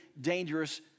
dangerous